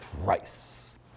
rice